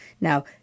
now